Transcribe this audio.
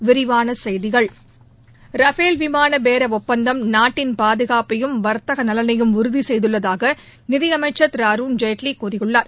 விரிவான செய்திகள் ரபேல் விமான பேர ஒப்பந்தம் நாட்டின் பாதுகாப்பையும் வர்த்தக நலனையும் உறுதி செய்துள்ளதாக நிதியமைச்சர் திரு அருண்ஜெட்லி கூறியுள்ளார்